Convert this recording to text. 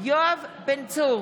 יואב בן צור,